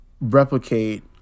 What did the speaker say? replicate